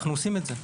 אנו עושים את זה.